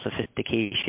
sophistication